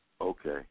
Okay